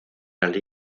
las